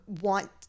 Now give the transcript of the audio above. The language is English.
want